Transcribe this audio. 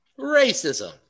racism